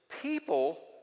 People